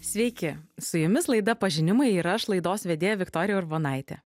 sveiki su jumis laida pažinimą ir aš laidos vedėja viktorija urbonaitė